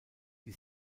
die